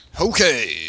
Okay